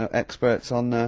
ah experts on,